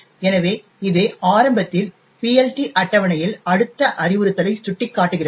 எனவே இது ஆரம்பத்தில் PLT அட்டவணையில் அடுத்த அறிவுறுத்தலை சுட்டிக்காட்டுகிறது